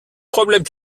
problème